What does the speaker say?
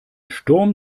sturm